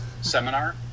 seminar